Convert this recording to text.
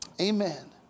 Amen